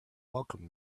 welcomed